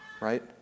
Right